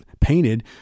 painted